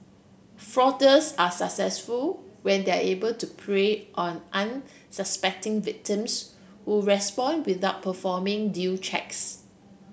are successful when they are able to prey on unsuspecting victims who respond without performing due checks